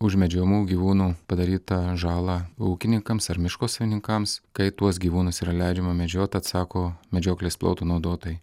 už medžiojamų gyvūnų padarytą žalą ūkininkams ar miško savininkams kai tuos gyvūnus yra leidžiama medžiot atsako medžioklės plotų naudotojai